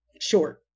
short